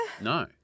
No